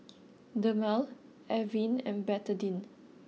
Dermale Avene and Betadine